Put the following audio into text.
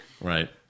Right